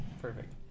Perfect